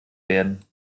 werden